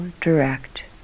direct